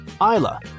Isla